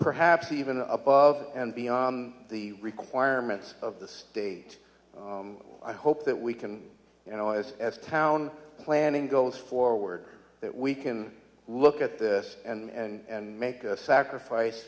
perhaps even up of and beyond the requirements of the state i hope that we can you know as as town planning goes forward that we can look at this and make a sacrifice